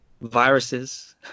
viruses